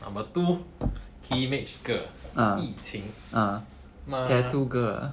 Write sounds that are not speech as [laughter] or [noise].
number two [noise] teenage girl yiqing mah